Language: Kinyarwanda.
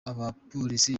abapolisi